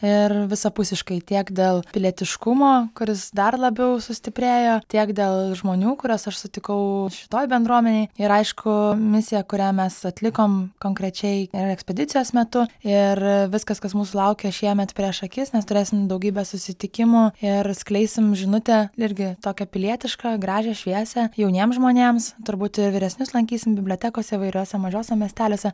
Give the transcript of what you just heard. ir visapusiškai tiek dėl pilietiškumo kuris dar labiau sustiprėjo tiek dėl žmonių kuriuos aš sutikau šitoj bendruomenėj ir aišku misiją kurią mes atlikom konkrečiai ir ekspedicijos metu ir viskas kas mūsų laukia šiemet prieš akis nes turėsim daugybę susitikimų ir skleisim žinutę irgi tokią pilietišką gražią šviesią jauniems žmonėms turbūt ir vyresnius lankysim bibliotekose įvairiose mažuose miesteliuose